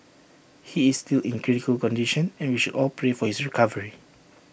he is still in critical condition and we should all pray for his recovery